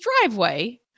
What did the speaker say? driveway